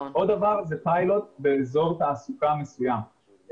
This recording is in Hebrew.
עוד דבר זה פיילוט באזור תעסוקה מסוים.